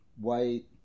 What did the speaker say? white